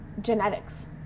genetics